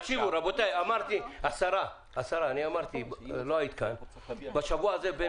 אני מרגיש שלא מבינים עד הסוף את החוק הזה.